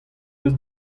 deus